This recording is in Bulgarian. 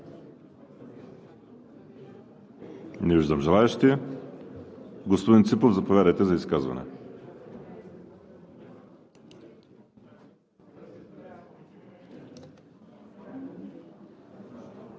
Не виждам желаещи. Господин Ципов, заповядайте за изказване.